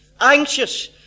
anxious